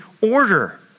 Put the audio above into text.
order